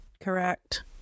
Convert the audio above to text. correct